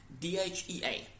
DHEA